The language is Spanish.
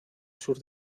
sur